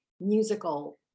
musical